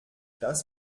das